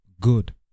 good